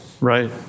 Right